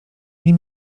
nie